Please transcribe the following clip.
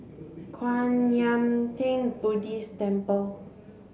Kwan Yam Theng Buddhist Temple